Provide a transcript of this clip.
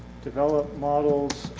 develop models